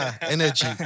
Energy